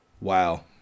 Wow